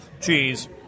cheese